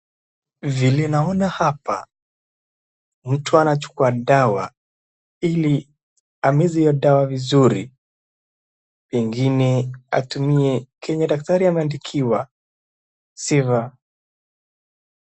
Vile naona hapa, mtu anachukua dawa ili ameze hiyo dawa vizuri. Pengine atumie kenye daktari ameandikiwa sifa.